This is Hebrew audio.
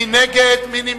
מי נגד?